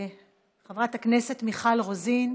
חברת הכנסת מיכל רוזין,